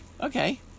Okay